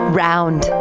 round